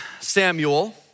Samuel